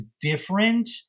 different